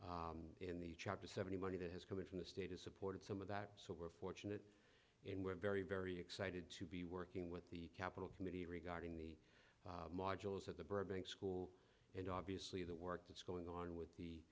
roman in the chapter seventy money that has come in from the state has supported some of that so we're fortunate and we're very very excited to be working with the capital committee regarding the modules at the burbank school and obviously the work that's going on with the